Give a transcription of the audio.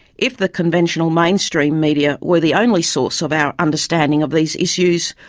if the conventional mainstream media were the only source of our understanding of these issues,